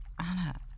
Anna